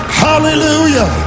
hallelujah